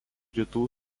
rytų